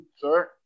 sir